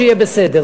ויהיה בסדר.